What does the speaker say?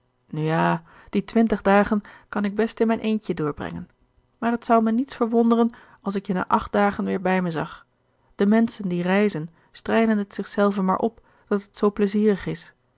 ja die twintig dagen kan ik best in mijn eentje doorbrengen maar t zou me niets verwonderen als ik je na acht dagen weer bij me zag de menschen die reizen strijden het zich zelven maar op dat het zoo pleizierig is